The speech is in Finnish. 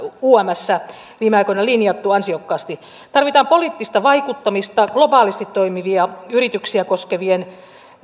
umssä viime aikoina linjattu ansiokkaasti tarvitaan poliittista vaikuttamista globaalisti toimivia yrityksiä koskevien